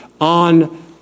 on